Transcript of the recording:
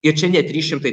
ir čia ne trys šimtai